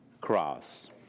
cross